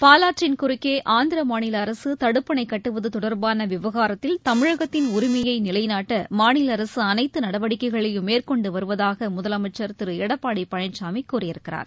பாவாற்றின் குறுக்கே ஆந்திர மாநில அரசு தடுப்பணை கட்டுவது தொடர்பான விவகாரத்தில் தமிழகத்தின் உரிமையை நிலைநாட்ட மாநில அரசு அனைத்து நடவடிக்கைகளையும் மேற்கொண்டு வருவதாக முதலமைச்சர் திரு எடப்பாடி பழனிசாமி கூறியிருக்கிறார்